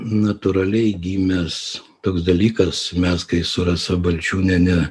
natūraliai gimęs toks dalykas mes kai su rasa balčiūniene